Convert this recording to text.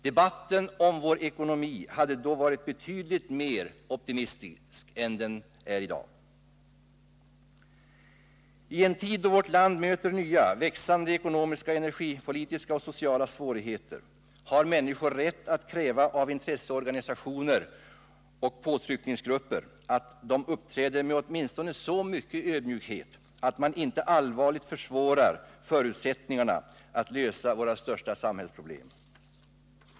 Debatten om vår ekonomi hade då varit betydligt mer optimistisk än vad den är i dag. I en tid då vårt land möter nya, växande ekonomiska, energipolitiska och sociala svårigheter har människor rätt att kräva av intresseorganisationer och påtryckningsgrupper att dessa uppträder med åtminstone så mycken ödmjukhet att man inte allvarligt försvårar förutsättningarna att lösa våra största samhällsproblem.